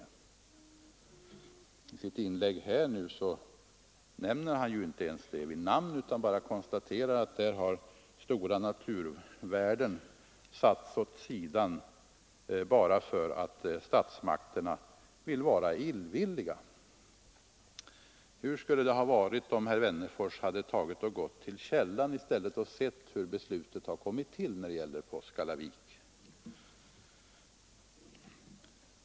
Men i sitt inlägg nu nämnde han inte ens den vägen vid namn utan konstaterade bara att stora naturvärden där har satts åt sidan för att statsmakterna velat vara illvilliga. Hur skulle det ha varit om herr Wennerfors i stället hade gått till källan och sett efter hur beslutet rörande vägen vid Påskallavik har kommit till?